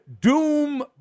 doom